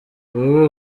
wowe